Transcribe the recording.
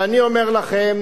ואני אומר לכם,